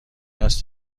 است